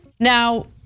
Now